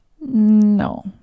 No